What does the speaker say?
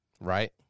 right